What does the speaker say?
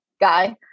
guy